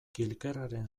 kilkerraren